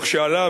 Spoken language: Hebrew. ועליו,